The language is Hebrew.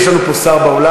יש לנו פה שר באולם,